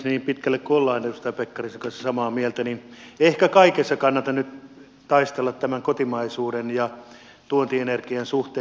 niin pitkälle kuin ollaan edustaja pekkarisen kanssa samaa mieltä niin ehkä ei kaikessa kannata nyt taistella tämän kotimaisuuden ja tuontienergian suhteen